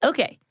Okay